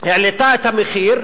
העלתה את המחיר,